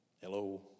Hello